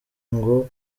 ngo